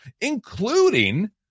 including